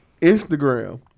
Instagram